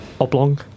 Oblong